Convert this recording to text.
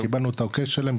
קיבלנו את האוקי שלהם,